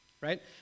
right